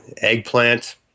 eggplant